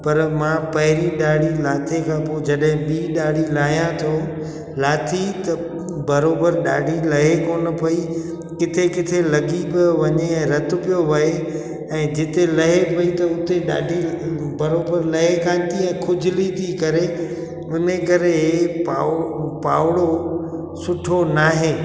पर मां पहिरीं दाड़ी लाथी खां पोइ जॾहिं बि दाड़ी लाहियां थो लाथी त बरोबर दाड़ी लए कोन पई किथे किथे लॻी पियो वञे रथ पयो वए ऐं जिथे लहे वई त हुते ॾाढी बराबरि लहे खां तीअं खुजली ती करे हुन ए करे पांव पावड़ो सुठो न आहे